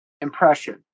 impression